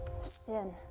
sin